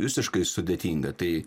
visiškai sudėtinga tai